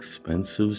expensive